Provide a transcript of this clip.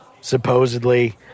Supposedly